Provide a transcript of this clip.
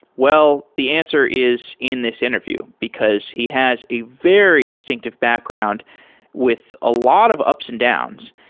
well, the answer is in this interview, because he has a very distinctive background with a lot of ups and downs.